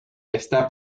está